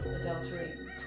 adultery